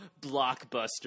blockbuster